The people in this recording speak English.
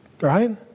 right